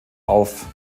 auf